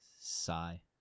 Sigh